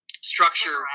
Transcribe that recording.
structure